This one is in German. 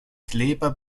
kleber